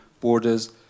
borders